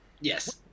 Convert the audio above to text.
Yes